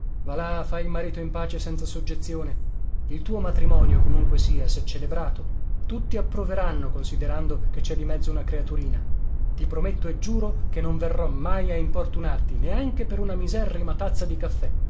va là fa il marito in pace senza soggezione il tuo matrimonio comunque sia sè celebrato tutti approveranno considerando che cè di mezzo una creaturina ti prometto e giuro che non verrò mai a importunarti neanche per una miserrima tazza di caffè